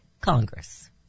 Congress